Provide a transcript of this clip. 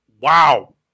Wow